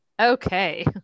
Okay